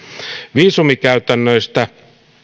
viisumikäytännöistä